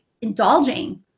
indulging